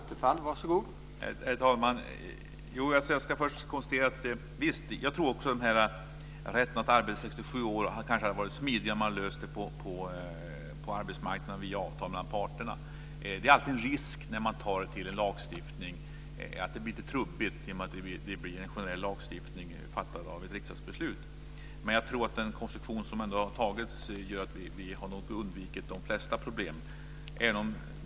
Herr talman! Jag ska först konstatera att jag också tror att rätten att få arbeta efter 67 år kanske hade kunnat lösas smidigare på arbetsmarknaden via avtal mellan parterna. Det är alltid en risk när man tar till en lagstiftning att det blir lite trubbigt genom att det fattas ett riksdagsbeslut om en generell lagstiftning. Men jag tror att den konstruktion som ändå har antagits gör att vi har undvikit de flesta problem.